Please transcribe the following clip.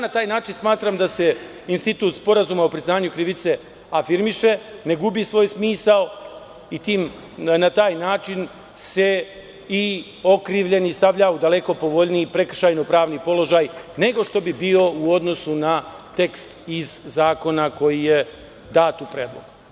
Na taj način smatram da se institut sporazuma o priznanju krivice afirmiše, ne gubi svoj smisao i tako se i okrivljeni stavlja u daleko povoljniji prekršajno-pravni položaj nego što bi bio u odnosu na tekst iz zakona koji je dat u predlogu.